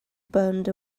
burned